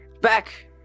Back